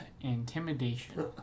intimidation